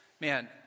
man